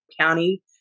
County